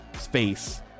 space